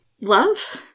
love